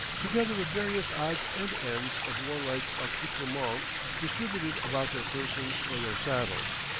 together with various odds and ends of warlike accoutrements distributed about their persons or their saddles.